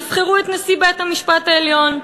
יבחרו את נשיא בית-המשפט העליון,